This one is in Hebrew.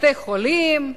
בתי-חולים,